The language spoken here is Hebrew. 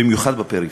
במיוחד בפריפריה.